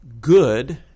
good